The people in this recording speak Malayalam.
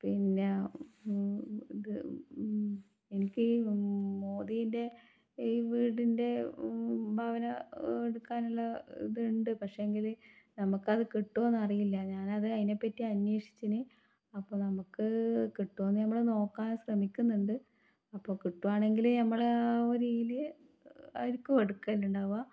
പിന്നെ എനിക്ക് മോദീൻ്റെ ഈ വീടിൻ്റെ ഭവനം എടുക്കാനുള്ള ഇതുണ്ട് പക്ഷേങ്കിൽ നമുക്കത് കിട്ടുമോന്നറിയില്ല ഞാൻ അത് അതിനെപ്പറ്റി അന്വേഷിച്ചിനി അപ്പോൾ നമുക്ക് കിട്ടുമൊന്ന് നമ്മൾ നോക്കാൻ ശ്രമിക്കുന്നുണ്ട് അപ്പോൾ കിട്ടുവാണെങ്കിൽ നമ്മൾ ആ ഒരിതിൽ ആയിരിക്കും എടുക്കൽ ഉണ്ടാവുക